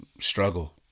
struggle